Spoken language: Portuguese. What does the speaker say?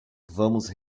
vamos